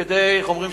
כדי, איך אומרים?